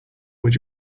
would